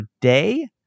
day